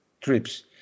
trips